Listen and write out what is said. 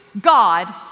God